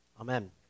Amen